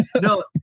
No